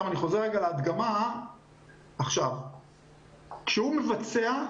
כשהוא מבצע,